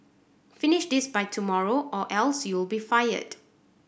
finish this by tomorrow or else you'll be fired